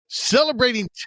Celebrating